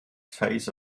phase